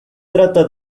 trata